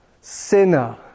sinner